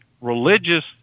religious